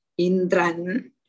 Indran